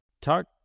Talk